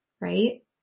right